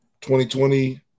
2020